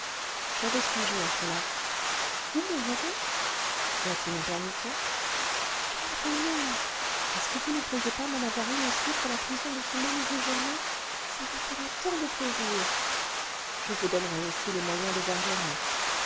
j'avais songé à cela vous mon voisin voici une permission quel bonheur est-ce que vous ne pourriez pas m'en avoir une aussi pour la prison de ce malheureux germain ça lui ferait tant de plaisir je vous donnerai aussi les moyens de voir germain